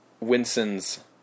Winston's